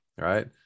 right